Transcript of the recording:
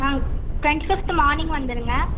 ஆ twenty fifth morning வந்துருங்க